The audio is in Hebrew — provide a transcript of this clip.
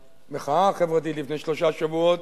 לפני שלושה שבועות,